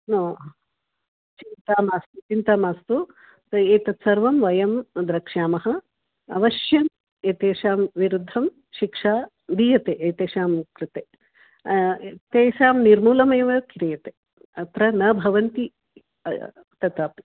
नो चिन्ता मास्तु चिन्ता मास्तु एतत् सर्वं वयं द्रक्ष्यामः अवश्यम् एतेषां विरुद्धं शिक्षा दीयते एतेषां कृते तेषां निर्मूलनमेव क्रियते अत्र न भवति तथापि